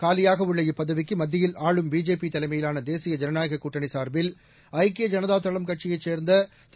காலிபாக உள்ள இப்பதவிக்கு மத்தியில் ஆளும் பிஜேபி தலைமையிலான தேசிய ஜனநாயக கூட்டணி சார்பில் ஐக்கிய ஐளதா தளம் கட்சியைச் சேர்ந்த திரு